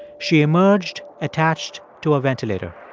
she emerged attached to a ventilator